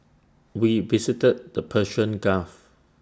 we visited the Persian gulf